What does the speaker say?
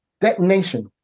Detonation